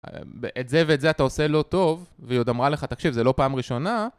את זה ואת זה אתה עושה לא טוב, והיא עוד אמרה לך, תקשיב, זה לא פעם ראשונה.